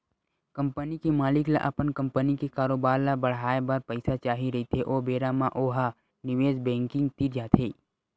company के मालिक ल अपन कंपनी के कारोबार ल बड़हाए बर पइसा चाही रहिथे ओ बेरा म ओ ह निवेस बेंकिग तीर जाथे